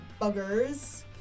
buggers